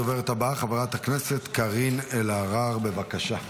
הדוברת הבאה, חברת הכנסת קארין אלהרר, בבקשה.